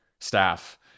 staff